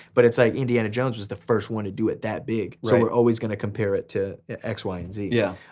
but it's like indiana jones was the first one to do it that big. right. so we're always gonna compare it to x, y, and z. yeah.